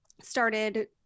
started